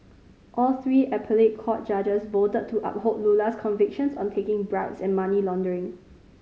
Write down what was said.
all three appellate court judges voted to uphold Lula's convictions on taking bribes and money laundering